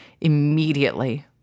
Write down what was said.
immediately